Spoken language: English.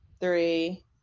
three